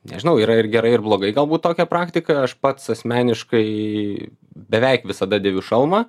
nežinau yra ir gerai ir blogai galbūt tokia praktika aš pats asmeniškai beveik visada dėviu šalmą